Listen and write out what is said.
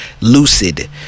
Lucid